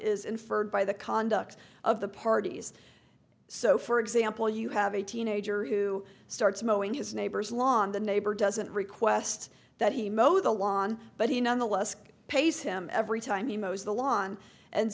inferred by the conduct of the parties so for example you have a teenager who starts moving his neighbor's lawn the neighbor doesn't request that he mo the lawn but he nonetheless pays him every time he knows the lawn and